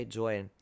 join